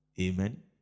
Amen